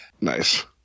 Nice